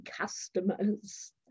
customers